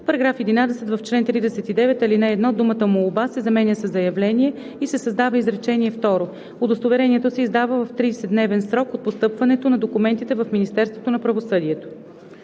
§ 11: „§ 11. В чл. 39, ал. 1 думата „молба“ се заменя със „заявление“ и се създава изречение второ: „Удостоверението се издава в 30 дневен срок от постъпването на документите в Министерството на правосъдието.“